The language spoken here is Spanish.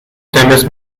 temes